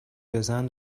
بزن